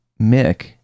Mick